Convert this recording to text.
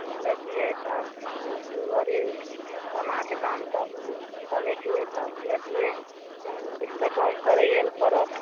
अब लेतियै तब दू भरि सोनाके दाम तब बतेतियै तब लेतियै किछु तऽ कम करैए लऽ पड़त